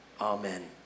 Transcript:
Amen